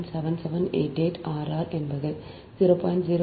7788 r r என்பது 0